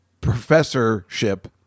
professorship